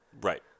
Right